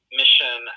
mission